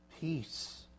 peace